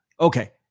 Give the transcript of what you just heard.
okay